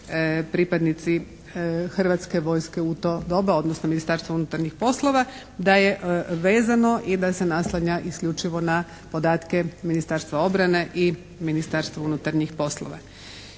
pripadnici hrvatske vojske u to doba odnosno Ministarstvo unutarnjih poslova da je vezano i da se naslanja isključivo na podatke Ministarstva obrane i Ministarstva unutarnjih poslova.